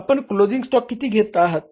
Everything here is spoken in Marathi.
आपण क्लोझिंग स्टॉक किती घेत आहोत